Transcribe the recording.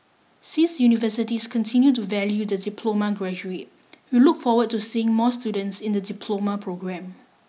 since universities continue to value the diploma graduate we look forward to seeing more students in the diploma programme